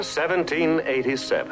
1787